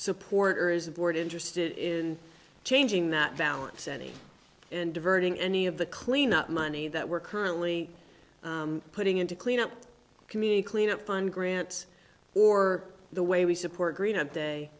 support or is a board interested in changing that balance any and diverting any of the cleanup money that we're currently putting in to clean up the community cleanup fund grants or the way we support green up day